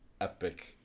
epic